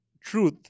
truth